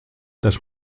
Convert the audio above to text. też